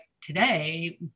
today